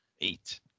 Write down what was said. Eight